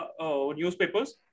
newspapers